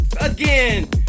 again